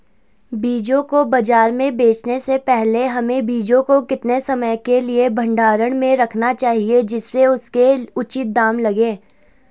बीजों को बाज़ार में बेचने से पहले हमें बीजों को कितने समय के लिए भंडारण में रखना चाहिए जिससे उसके उचित दाम लगें?